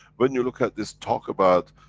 when you look at this talk about.